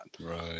right